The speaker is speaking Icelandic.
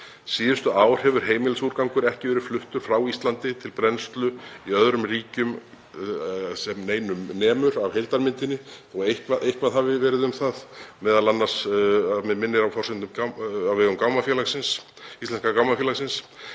Síðustu ár hefur heimilisúrgangur ekki verið fluttur frá Íslandi til brennslu í öðrum ríkjum sem neinu nemur af heildarmyndinni þó að eitthvað hafi verið um það, m.a. að mig minnir á vegum Íslenska gámafélagsins,